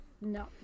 No